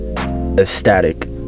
ecstatic